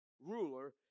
ruler